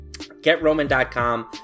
GetRoman.com